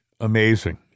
Amazing